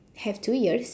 have two ears